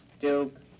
Duke